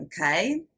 okay